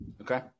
okay